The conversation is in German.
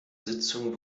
sitzung